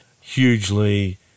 hugely